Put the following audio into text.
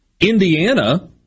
Indiana